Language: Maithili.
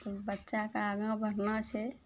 तऽ बच्चाके आगा बढ़ना छै